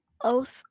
Oath